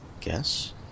guess